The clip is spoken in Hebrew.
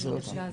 ההולכה.